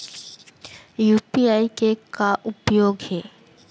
UPI के का उपयोग हे?